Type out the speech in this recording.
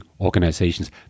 organizations